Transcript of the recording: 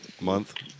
month